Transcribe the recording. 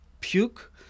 puke